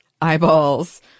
eyeballs